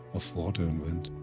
of water and wind,